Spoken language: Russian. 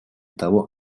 того